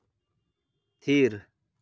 ᱛᱷᱤᱨ